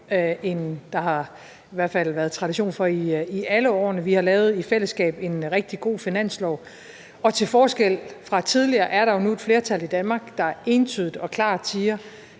end der i hvert fald har været tradition for i alle årene. Vi har i fællesskab lavet en rigtig god finanslov, og til forskel fra tidligere er der jo nu et flertal i Danmark, der entydigt og klart siger,